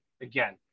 again